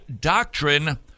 doctrine